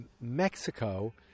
Mexico